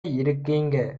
இருக்கீங்க